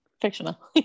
fictional